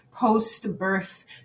post-birth